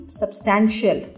substantial